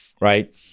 right